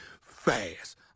fast